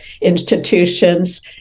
institutions